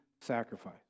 sacrifice